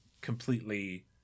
completely